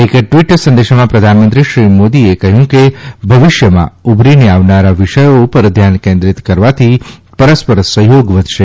એક ટ્વીટ સંદેશામાં પ્રધાનમંત્રીશ્રી નરેન્દ્ર મોદીએ કહ્યું કે ભવિષ્યમાં ઉભરીને આવવાવા વિષયો ઉપર ધ્યાન કેન્દ્રિત કરવાથી પરસ્પર સહયોગ વધશે